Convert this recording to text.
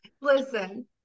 Listen